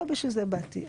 ולא בשביל זה באתי.